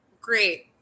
great